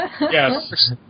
Yes